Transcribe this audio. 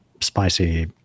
spicy